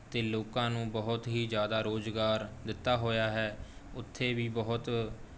ਅਤੇ ਲੋਕਾਂ ਨੂੰ ਬਹੁਤ ਹੀ ਜ਼ਿਆਦਾ ਰੁਜ਼ਗਾਰ ਦਿੱਤਾ ਹੋਇਆ ਹੈ ਉੱਥੇ ਵੀ ਬਹੁਤ